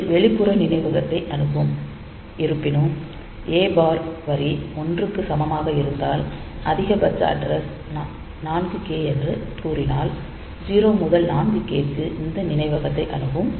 இது வெளிப்புற நினைவகத்தை அணுகும் இருப்பினும் A பார் வரி 1 க்கு சமமாக இருந்தால் அதிகபட்ச அட்ரஸ் 4K எனக் கூறினால் 0 முதல் 4K க்கு இந்த நினைவகத்தை அணுகும்